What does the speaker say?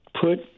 put